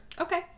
okay